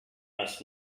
must